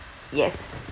yes